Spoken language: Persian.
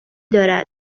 دارد